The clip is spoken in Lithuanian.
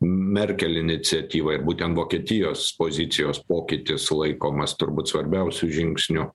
merkel iniciatyva ir būtent vokietijos pozicijos pokytis laikomas turbūt svarbiausiu žingsniu